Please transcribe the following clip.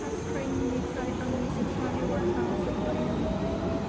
फार्स्टक्राइनिफ्राय आंनि जोबथा रिवार्डआ जोब्बाय नामा